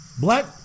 black